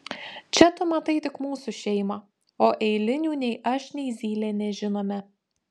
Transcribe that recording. čia tu matai tik mūsų šeimą o eilinių nei aš nei zylė nežinome